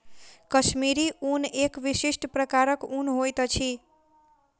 कश्मीरी ऊन एक विशिष्ट प्रकारक ऊन होइत अछि